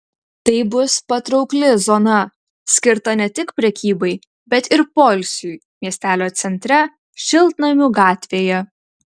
tai bus patraukli zona skirta ne tik prekybai bet ir poilsiui miestelio centre šiltnamių gatvėje